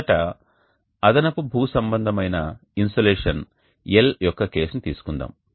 మొదట అదనపు భూసంబంధమైన ఇన్సోలేషన్ L యొక్క కేసును తీసుకుందాం